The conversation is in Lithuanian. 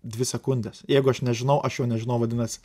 dvi sekundes jeigu aš nežinau aš jo nežinau vadinasi